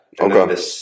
Okay